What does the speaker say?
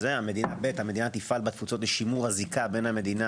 המדינה תפעל בתפוצות בשימור הזיקה בין המדינה